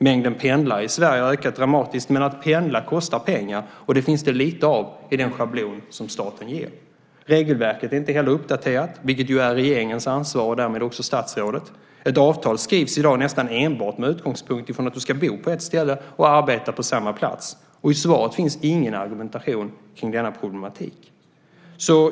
Mängden pendlare i Sverige har ökat dramatiskt, men att pendla kostar pengar, och det finns det lite av i den schablon som staten ger. Regelverket är inte heller uppdaterat, vilket är regeringens ansvar och därmed också statsrådets. Ett avtal skrivs i dag nästan enbart med utgångspunkt i att du ska bo på ett ställe och arbeta på samma plats. I svaret finns ingen argumentation kring denna problematik.